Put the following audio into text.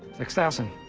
six thousand.